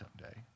someday